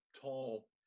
tall